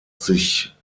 sich